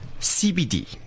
CBD